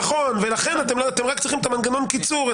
נכון ולכן אתם רק צריכים את מנגנון הקיצור,